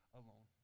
alone